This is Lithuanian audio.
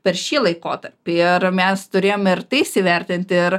per šį laikotarpį ir mes turėjom ir tai įsivertinti ir